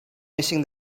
missing